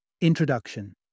Introduction